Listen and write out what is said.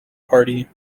party